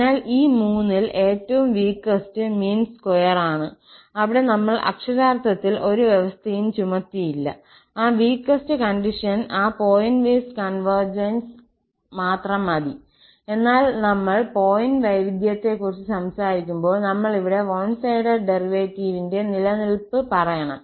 അതിനാൽ ഈ മൂന്നിൽ ഏറ്റവും വീകെസ്ററ് മീൻ സ്ക്വയർ ആണ് അവിടെ നമ്മൾ അക്ഷരാർത്ഥത്തിൽ ഒരു വ്യവസ്ഥയും ചുമത്തിയില്ല ആ വീകെസ്ററ് കണ്ടിഷൻ ആ പോയിന്റ് വൈസ് കോൺവെർജൻസ് മാത്രം മതി എന്നാൽ നമ്മൾ പോയിന്റ് വൈവിധ്യത്തെ കുറിച്ച് സംസാരിക്കുമ്പോൾ നമ്മൾ ഇവിടെ വൺ സൈഡഡ് ഡെറിവേറ്റീവിന്റെ നിലനിൽപ്പ് പറയണം